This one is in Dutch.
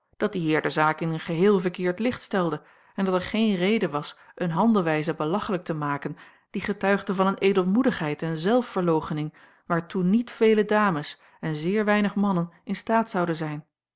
dat die heer de zaak in een geheel verkeerd licht stelde en dat er geen reden was eene handelwijze belachelijk te maken die getuigde van eene edelmoedigheid en zelfverloochening waartoe niet vele dames en zeer weinig mannen in staat zouden zijn